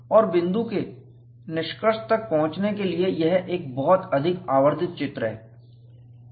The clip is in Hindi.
और इस बिंदु के निष्कर्ष तक पहुंचने के लिए यह एक बहुत अधिक आवर्धित चित्र है